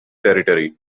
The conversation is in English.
territory